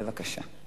בבקשה.